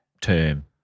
term